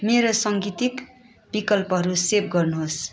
मेरो सङ्गितिक विकल्पहरू सेभ गर्नुहोस्